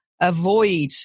avoid